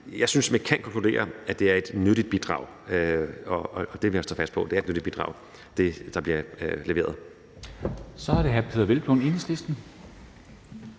jeg synes, at man kan konkludere, at det er et nyttigt bidrag, og det vil jeg stå fast på – det, der bliver leveret,